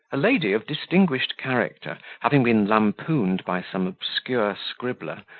a lady of distinguished character having been lampooned by some obscure scribbler,